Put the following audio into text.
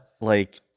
like-